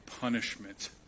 punishment